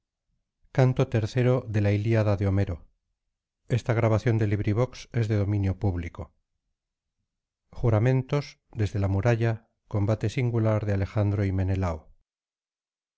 juramentos desde la muralla combate singular de alejandro y menelao